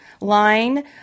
line